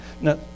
Now